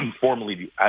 formally